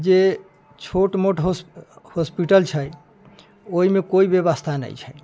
जे छोट मोट होस्प हॉस्पिटल छै ओहिमे कोइ व्यवस्था नहि छै